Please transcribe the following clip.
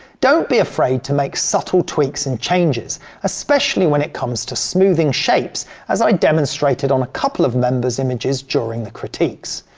don't be afraid to make subtle tweaks and changes especially when it comes to smoothing shapes as i demonstrated on a couple of members images during the critiques.